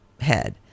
head